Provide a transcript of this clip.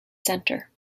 centre